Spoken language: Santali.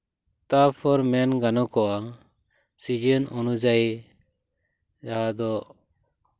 ᱛᱟᱨᱯᱚᱨ ᱢᱮᱱ ᱜᱟᱱᱚᱜ ᱜᱟᱱᱚᱜᱼᱟ ᱥᱤᱡᱮᱱ ᱚᱱᱩᱡᱟᱭᱤ ᱡᱟᱦᱟᱸ ᱫᱚ